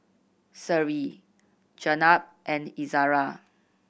Seri Jenab and Izzara